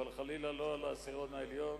אבל חלילה לא על העשירון העליון,